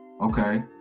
Okay